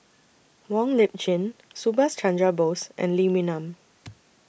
Wong Lip Chin Subhas Chandra Bose and Lee Wee Nam